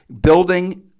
building